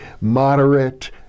moderate